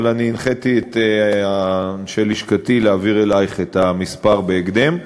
אבל אני הנחיתי את אנשי לשכתי להעביר אלייך את המספר בהקדם.